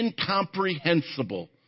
incomprehensible